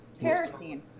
Kerosene